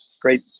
great